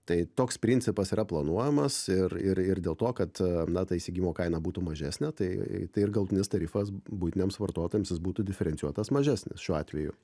tai toks principas yra planuojamas ir ir ir dėl to kad na ta įsigijimo kaina būtų mažesnė tai tai ir galutinis tarifas buitiniams vartotojams jis būtų diferencijuotas mažesnis šiuo atveju